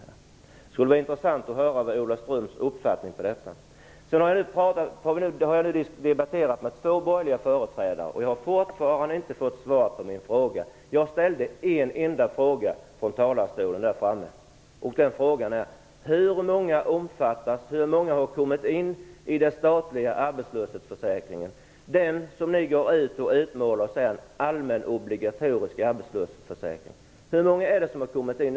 Det skulle vara intressant att höra Ola Ströms uppfattning om detta. Jag har nu debatterat med två borgerliga företrädare. Jag har fortfarande inte fått svar på min fråga. Jag ställde en enda fråga från talarstolen: Hur många har kommit in i den statliga arbetslöshetsförsäkringen - den försäkring som ni utmålar som allmän obligatorisk arbetslöshetsförsäkring? Hur många är det som har kommit in?